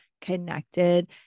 connected